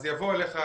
אז יבוא אליך האקר,